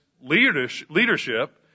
leadership